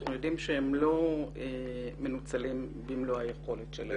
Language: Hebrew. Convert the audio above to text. אנחנו יודעים שהם לא מנוצלים במלוא היכולת שלהם.